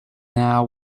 now